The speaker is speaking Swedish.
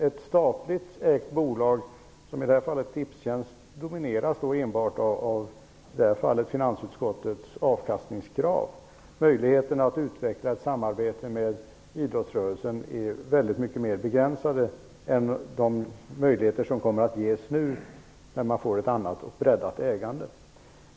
Ett statligt ägt bolag -- i det här fallet Tipstjänst -- domineras då enbart av finansutskottets avkastningskrav. Möjligheterna att utveckla ett samarbete med idrottsrörelsen är mycket mer begränsade än vad de nu kommer att bli med ett annat breddat ägande.